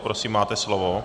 Prosím máte slovo.